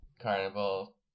carnival